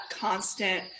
constant